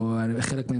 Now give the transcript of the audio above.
חלק,